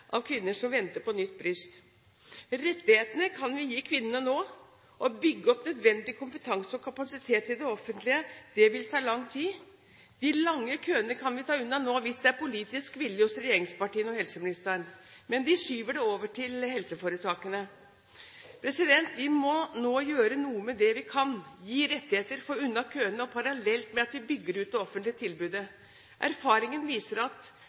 av kvinner som venter på nytt bryst. Rettighetene kan vi gi kvinnene nå. Å bygge opp nødvendig kompetanse og kapasitet i det offentlige vil ta lang tid. De lange køene kan vi ta unna nå hvis det er politisk vilje hos regjeringspartiene og helseministeren. Men de skyver det over til helseforetakene. Vi må nå gjøre noe med det vi kan – gi rettigheter og få unna køene, parallelt med at vi bygger ut det offentlige tilbudet. Erfaringer viser at